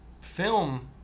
film